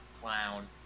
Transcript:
Clown